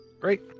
Great